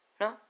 No